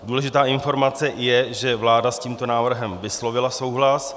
Důležitá informace je, že vláda s tímto návrhem vyslovila souhlas.